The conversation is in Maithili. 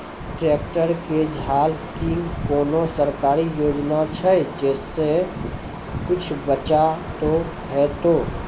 ट्रैक्टर के झाल किंग कोनो सरकारी योजना छ जैसा कुछ बचा तो है ते?